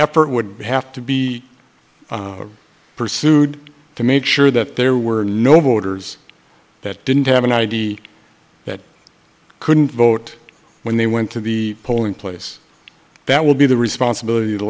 effort would have to be pursued to make sure that there were no borders that didn't have an i d that couldn't vote when they went to the polling place that will be the responsibility